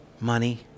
money